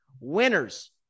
winners